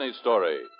story